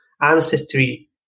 ancestry